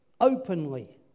openly